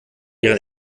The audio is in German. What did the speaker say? ihren